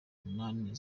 munani